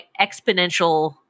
exponential